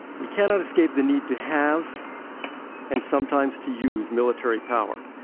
we cannot escape the need to have and sometimes to use military power.